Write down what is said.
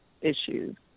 issues